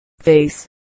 face